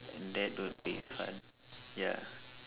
and that will be fun ya